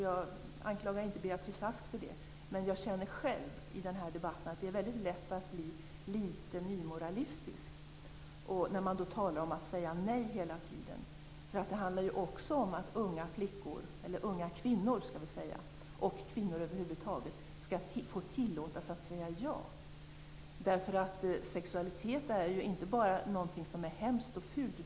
Jag anklagar inte Beatrice Ask för det, men jag känner själv i den här debatten att det är väldigt lätt att bli lite nymoralistisk när man talar om att säga nej hela tiden. Det handlar ju också om att unga kvinnor och kvinnor över huvud taget skall få tillåtelse att säga ja. Sexualitet är ju inte bara något som är hemskt och fult.